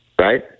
right